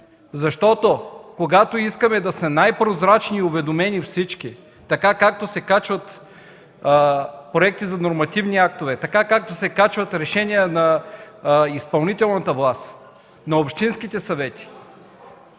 степен. Когато искаме да се сме най-прозрачни и уведомени всички, както се качват проекти за нормативни актове, както се качват решения на изпълнителната власт, на общинските съвети